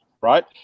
right